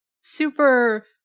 Super